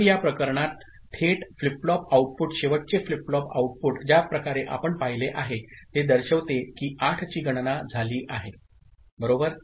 तर या प्रकरणात थेट फ्लिप फ्लॉप आउटपुट शेवटचे फ्लिप फ्लॉप आउटपुट ज्या प्रकारे आपण पाहिले आहे ते दर्शविते की 8 ची गणना झाली आहे बरोबर